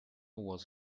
was